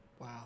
Wow